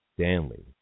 Stanley